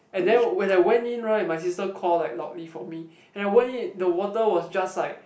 and then when I went in right my sister call like loudly for me and I went in the water was just like